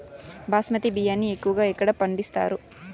బాస్మతి బియ్యాన్ని ఎక్కువగా ఎక్కడ పండిస్తారు?